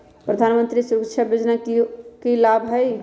प्रधानमंत्री सुरक्षा बीमा योजना के की लाभ हई?